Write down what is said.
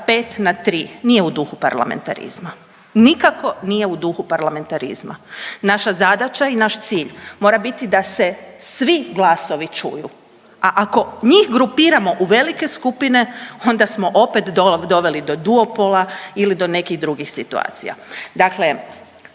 5 na 3 nije u duhu parlamentarizma. Nikako nije u duhu parlamentarizma. Naša zadaća i naš cilj mora biti da se svi glasovi čuju. A ako njih grupiramo u velike skupine, onda smo opet doveli do duopola ili do nekih drugih situacija. Dakle,